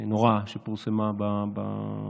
נוראה שפורסמה בתקשורת.